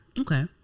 Okay